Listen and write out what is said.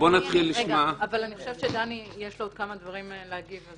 חושבת שלדני יש עוד כמה דברים להגיד.